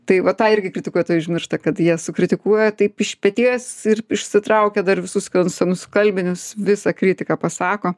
tai va tą irgi kritikuotojai užmiršta kad jie sukritikuoja taip iš peties ir išsitraukia dar visus senus skalbinius visą kritiką pasako